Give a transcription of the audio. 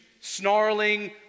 snarling